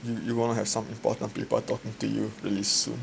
yo you you want to have some important people talking to you pretty soon